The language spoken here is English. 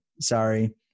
sorry